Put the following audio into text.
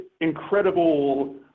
incredible